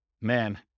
man